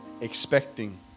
expecting